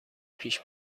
پیش